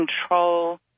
control